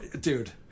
Dude